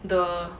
the